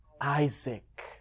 Isaac